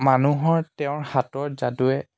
মানুহৰ তেওঁৰ হাতৰ যাদুৱে